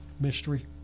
mystery